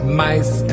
mice